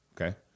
Okay